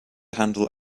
handle